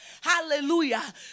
Hallelujah